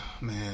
Man